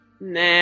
Nah